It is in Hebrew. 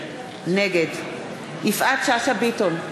נגד יפעת שאשא ביטון,